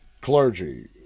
clergy